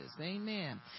Amen